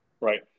Right